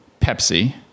Pepsi